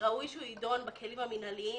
ראוי שהוא יידון בכלים המינהליים